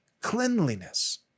cleanliness